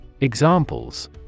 Examples